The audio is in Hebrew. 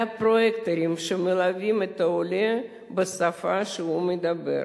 והפרויקטורים שמלווים את העולה בשפה שהוא מדבר,